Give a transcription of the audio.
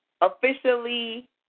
officially